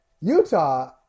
Utah